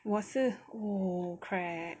我是 oh crap